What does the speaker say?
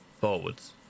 Forwards